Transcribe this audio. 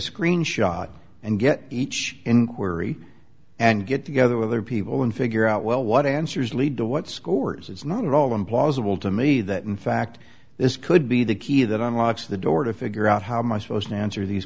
screen shot and get each inquiry and get together with other people and figure out well what answers lead to what scores it's not at all implausible to me that in fact this could be the key that unlocks the door to figure out how my supposed answer these